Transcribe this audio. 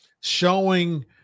showing